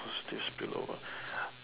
put this below